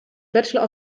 bachelor